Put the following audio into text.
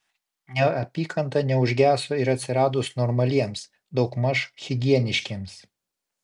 neapykanta neužgeso ir atsiradus normaliems daugmaž higieniškiems